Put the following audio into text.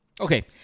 Okay